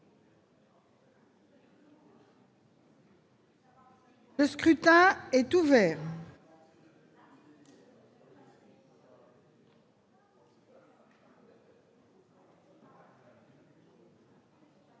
Le scrutin est ouvert.